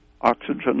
oxygen